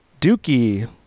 Dookie